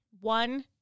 One